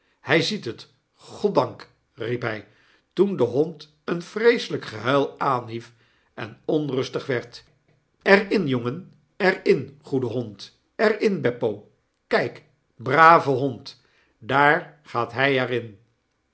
hij ziet het goddank riep hy toen de hond een vreeselyk gehuil aanhief en onrustig werd er in jongen er in goede hond er in beppo kyk brave hond daar gaat hy er